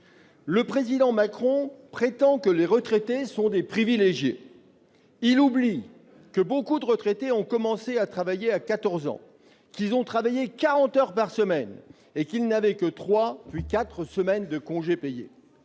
Le président Macron prétend que les retraités sont des privilégiés. Il oublie que beaucoup de retraités ont commencé à travailler à 14 ans, qu'ils ont travaillé 40 heures par semaine, et qu'ils n'avaient que trois, puis quatre semaines de congés payés.